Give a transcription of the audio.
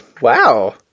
Wow